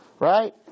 Right